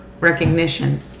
recognition